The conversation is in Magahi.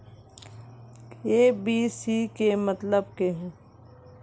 के.वाई.सी के मतलब केहू?